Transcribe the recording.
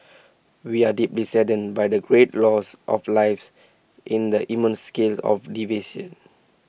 we are deeply saddened by the great loss of lives in the immense scale of